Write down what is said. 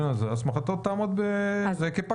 הסמכתו תעמוד כפקח.